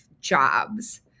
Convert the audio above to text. jobs